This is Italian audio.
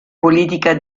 politica